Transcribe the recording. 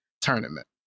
tournament